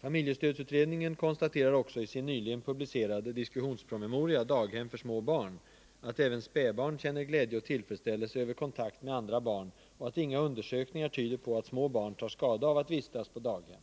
Familjestödsutredningen konstaterar också i sin nyligen publicerade diskussionspromemoria Daghem — för små barn att även spädbarn känner glädje och tillfredsställelse över kontakt med andra barn och att inga undersökningar tyder på att små barn tar skada av att vistas på daghem.